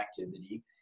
activity